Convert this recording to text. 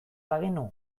bagenu